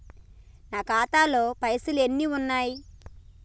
నా ఖాతాలో పైసలు ఎన్ని ఉన్నాయి?